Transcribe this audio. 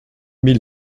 mille